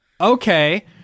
Okay